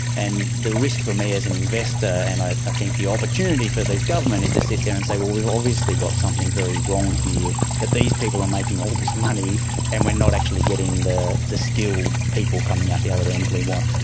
and the risk for me as an investor and i think the opportunity for the government is to sit there and say, well, we've obviously got something very wrong here. these people are making all this money and we're not actually getting the the skilled people coming out the other end that we want.